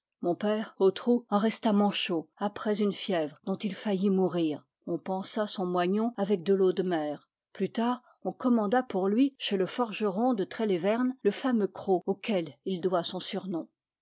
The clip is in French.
mon père ôtrou en resta manchot après une fièvre dont il faillit mourir on pansa son moignon avec de l'eau de mer plus tar j on commanda pour lui chez le forgeron de trélévern le fameux croc auquel il doit son surnom